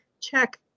check